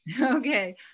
Okay